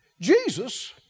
Jesus